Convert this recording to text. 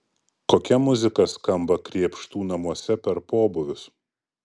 kokia muzika skamba krėpštų namuose per pobūvius